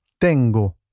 Tengo